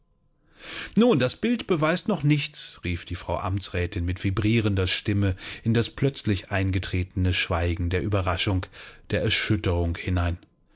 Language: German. nun das bild beweist noch nichts rief die frau amtsrätin mit vibrierender stimme in das plötzlich eingetretene schweigen der ueberraschung der erschütterung hinein